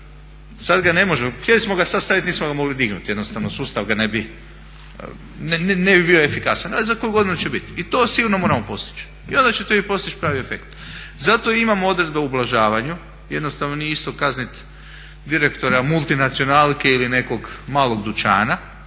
Sad ga ne možemo, htjeli smo ga sad staviti nismo ga mogli dignuti jednostavno, sustav ga ne bi, ne bi bio efikasan. Ali za koju godinu će biti. I to sigurno moramo postići. I onda ćete vi postići pravi efekt. Zato imamo odredbe o ublažavanju. Jednostavno nije isto kazniti direktora multinacionalke ili nekog malog dućana,